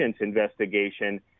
investigation